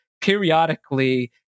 periodically